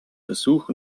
versuch